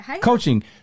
coaching